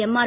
MR